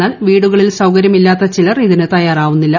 എന്നാൽ വീടുകളിൽ സൌകര്യം ഇല്ലാത്ത ചിലർ ഇതിന് തയ്യാറാവുന്നില്ല